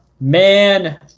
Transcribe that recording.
Man